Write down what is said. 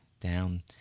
Down